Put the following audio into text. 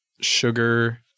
sugar